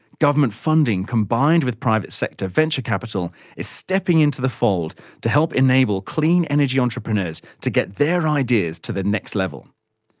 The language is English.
government funding combined with private sector venture capital is stepping into the fold to help enable clean energy entrepreneurs to get their ideas to the next level.